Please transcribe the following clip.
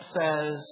says